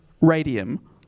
radium